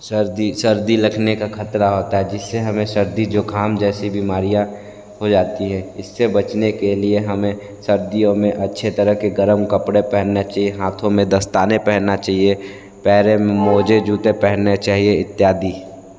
सर्दी सर्दी लखने का खतरा होता है जिससे हमें सर्दी ज़ुकाम जैसी बीमारियाँ हो जाती हैं इससे बचने के लिए हमें सर्दियों में अच्छी तरह के गर्म कपड़े पहनने चाहिए हाथों में दस्ताने पहनना चाहिए पैर में मोजे जूते पहनने चाहिए इत्यादि